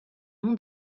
nom